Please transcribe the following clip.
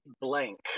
blank